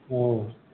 औ